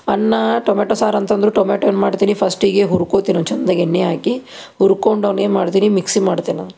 ಅನ್ನ ಟೊಮೆಟೋ ಸಾರು ಅಂತಂದ್ರೆ ಟೊಮೆಟೋ ಏನು ಮಾಡ್ತೀನಿ ಫಸ್ಟಿಗೆ ಹುರ್ಕೊತೀನಿ ಚಂದಾಗಿ ಎಣ್ಣೆ ಹಾಕಿ ಹುರ್ಕೊಂಡು ಅವ್ನೇನು ಮಾಡ್ತೀನಿ ಮಿಕ್ಸಿ ಮಾಡ್ತೇನೆ ನಾ